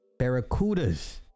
barracudas